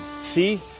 See